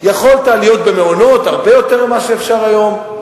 יכולת להיות במעונות, הרבה יותר ממה שאפשר היום,